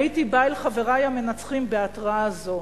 הייתי בא אל חברי המנצחים בהתראה זו: